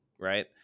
right